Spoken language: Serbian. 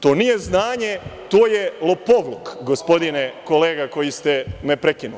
To nije znanje, to je lopovluk, gospodine kolega koji ste me prekinuli.